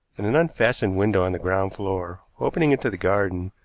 and an unfastened window on the ground floor, opening into the garden,